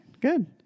good